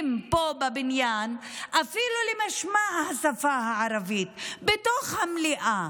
פה בבניין אפילו למשמע השפה הערבית בתוך המליאה?